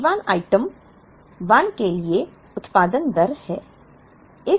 P1 item 1 के लिए उत्पादन दर है